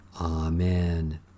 Amen